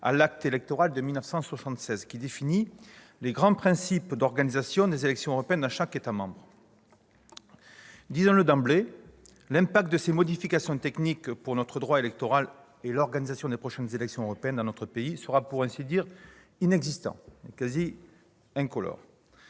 l'acte électoral de 1976, lequel définit les grands principes d'organisation des élections européennes dans chaque État membre. Disons-le d'emblée, l'impact de ces modifications techniques sur notre droit électoral et sur l'organisation des prochaines élections européennes dans notre pays sera pour ainsi dire nul. Toutes les